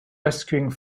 rescuing